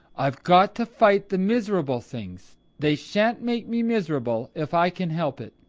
i've got to fight the miserable things. they shan't make me miserable if i can help it.